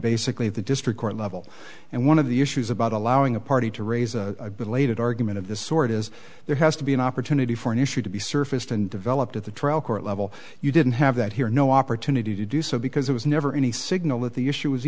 basically the district court level and one of the issues about allowing a party to raise a related argument of this sort is there has to be an opportunity for an issue to be surfaced and developed at the trial court level you didn't have that here no opportunity to do so because it was never any signal that the issue